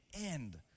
end